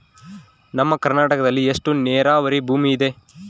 ನಮ್ಮ ಕರ್ನಾಟಕದಲ್ಲಿ ಎಷ್ಟು ನೇರಾವರಿ ಭೂಮಿ ಇದೆ?